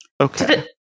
Okay